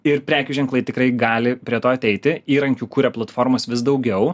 ir prekių ženklai tikrai gali prie to ateiti įrankių kuria platformos vis daugiau